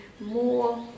more